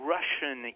Russian